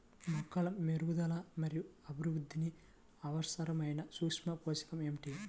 మొక్కల పెరుగుదల మరియు అభివృద్ధికి అవసరమైన సూక్ష్మ పోషకం ఏమిటి?